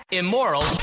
immoral